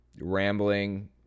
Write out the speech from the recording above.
rambling